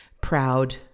proud